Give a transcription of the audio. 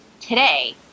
today